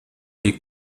les